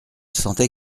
sentait